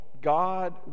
God